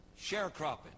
sharecropping